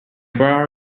borrow